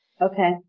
Okay